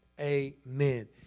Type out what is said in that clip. amen